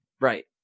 Right